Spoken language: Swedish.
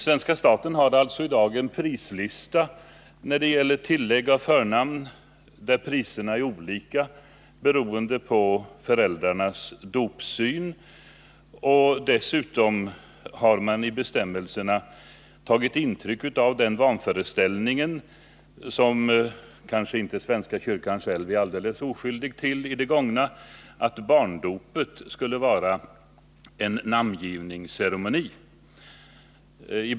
Svenska staten har alltså i dag en prislista när det gäller tillägg av förnamn, där priserna är olika beroende på föräldrarnas dopsyn. Dessutom har man i bestämmelserna tagit intryck av den vanföreställning som kanske inte svenska kyrkan själv var alldeles oskyldig till i det gångna, att barndopet skulle vara en namngivningsceremoni.